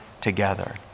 together